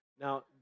Now